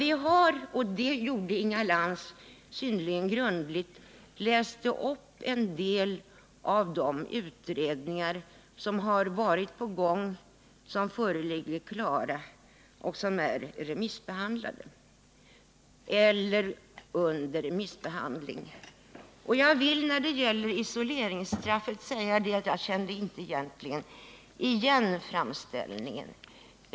Inga Lantz var synnerligen grundlig när hon läste upp en del av de utredningar berörande ämnet som har pågått, som föreligger klara, som är remissbehandlade eller som är under remissbehandling. Jag vill dock när det gäller isoleringsstraffet säga att jag egentligen inte känner igen framställningen.